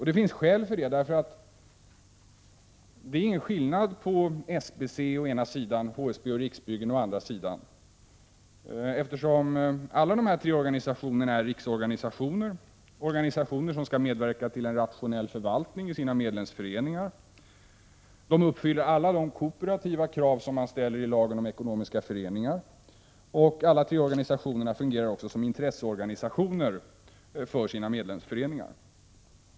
Det finns skäl för det — det är ingen skillnad mellan SBC å ena sidan och HSB och Riksbyggen å andra sidan, eftersom alla dessa tre organisationer är riksorganisationer, organisationer som skall medverka till en rationell förvaltning i sina medlemsföreningar och uppfyller alla de kooperativa krav som ställs i lagen om ekonomiska föreningar. Alla tre organisationerna fungerar också som intresseorganisationer för sina medlemsföreningar.